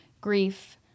grief